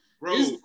bro